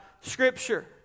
Scripture